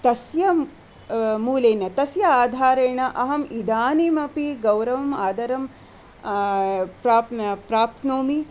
तस्य मूलेन तस्य आधारेण अहम् इदानीमपि गौरवम् आदरं प्राप्नोमि